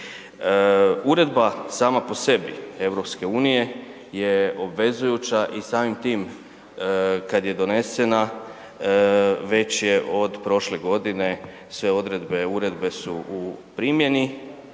Uredba sama po sebi, EU-e je obvezujuća i samim tim kad je donesena već je od prošle godine sve odredbe uredbe su u primjeni.